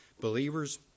Believers